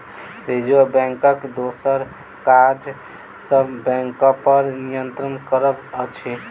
reserve बैंकक दोसर काज सब बैंकपर नियंत्रण करब अछि